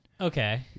Okay